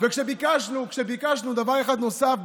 וכשביקשנו דבר אחד נוסף,